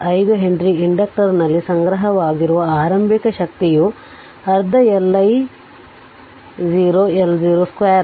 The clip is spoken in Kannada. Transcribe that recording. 5 ಹೆನ್ರಿ ಇಂಡಕ್ಟರ್ನಲ್ಲಿ ಸಂಗ್ರಹವಾಗಿರುವ ಆರಂಭಿಕ ಶಕ್ತಿಯು ಅರ್ಧ L I0 L 0 ಸ್ಕ್ವೇರ್